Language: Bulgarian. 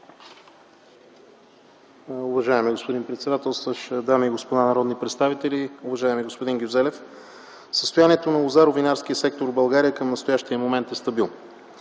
Уважаеми господин председателстващ, дами и господа народни представители! Уважаеми господин Гюзелев, състоянието на винаро-лозарския сектор в България към настоящия момент е стабилно.